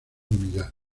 unidad